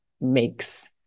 makes